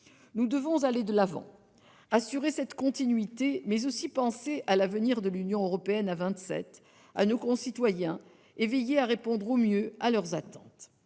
Nous devons aller de l'avant, assurer cette continuité, mais aussi penser à l'avenir de l'Union européenne à vingt-sept, ainsi qu'à nos concitoyens, et veiller à répondre au mieux à leurs attentes.